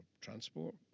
Transport